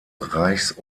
reichs